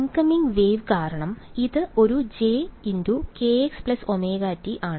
incoming wave കാരണം ഇത് ഒരു jkx ωt ആണ്